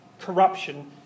corruption